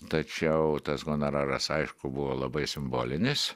tačiau tas honoraras aišku buvo labai simbolinis